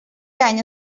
año